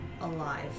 Alive